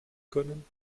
können